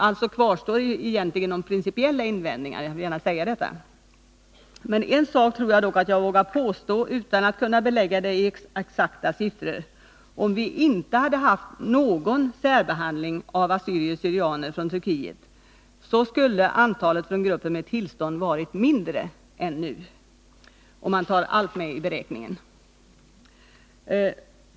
Alltså kvarstår egentligen de principiella invändningarna — jag vill gärna säga detta. En sak tror jag nog att jag vågar påstå utan att kunna belägga det i exakta siffror: Om vi inte hade haft någon särbehandling av assyrier/syrianer från Turkiet, så skulle gruppen med tillstånd ha varit mindre än den nu är, om man tar allt med i beräkningen.